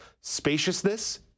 spaciousness